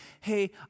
hey